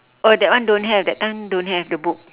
uh that one don't have that time don't have the book